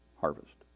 harvest